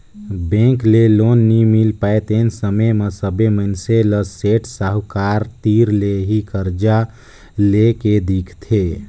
bank ले loan नइ मिल पाय तेन समे म सबे मइनसे ल सेठ साहूकार तीर ले ही करजा लेए के दिखथे